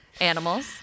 animals